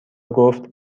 گفتایا